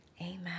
Amen